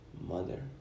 mother